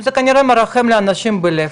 זה כנראה מנחם לאנשים את הלב.